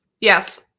Yes